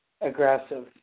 aggressive